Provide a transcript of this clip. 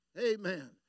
Amen